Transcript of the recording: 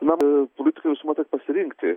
na politikai visuomet turi pasirinkti